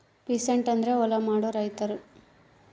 peasant ಅಂದ್ರ ಹೊಲ ಮಾಡೋ ರೈತರು